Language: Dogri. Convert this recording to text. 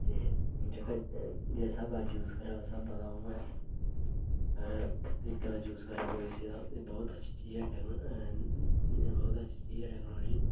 ते जेहका जिस स्हाबा दा यूज़ करै उस स्हाबै दा ओह् ऐ अगर तरीके दा यूज़ करै कोई इसी तां एह् बहुत अच्छी चीज ऐ एह् बहुत अच्छी चीज ऐ टेक्नालोजी